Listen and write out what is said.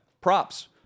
Props